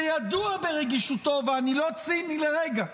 שידוע ברגישותו, ואני לא ציני לרגע,